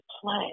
play